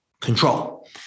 control